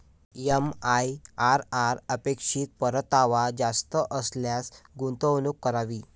MIRR अपेक्षित परतावा जास्त असल्यास गुंतवणूक करावी